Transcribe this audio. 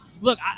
Look